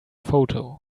photo